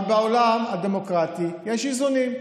אבל בעולם הדמוקרטי יש איזונים.